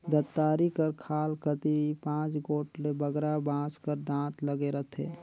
दँतारी कर खाल कती पाँच गोट ले बगरा बाँस कर दाँत लगे रहथे